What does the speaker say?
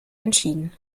entschieden